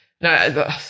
No